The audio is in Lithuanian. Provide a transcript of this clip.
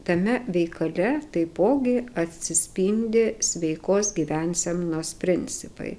tame veikale taipogi atsispindi sveikos gyvensenos principai